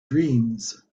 dreams